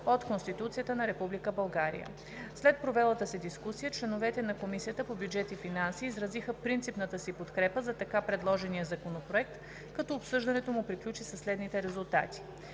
от Конституцията на Република България. След провелата се дискусия членовете на Комисията по бюджет и финанси изразиха принципната си подкрепа за така предложения законопроект, като обсъждането му приключи със следните резултати: